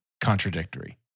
contradictory